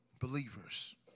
believers